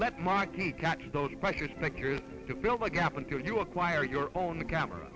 marty catch those pressures pictures to build a gap until you acquire your own the camera